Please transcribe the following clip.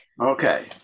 Okay